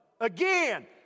Again